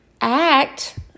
act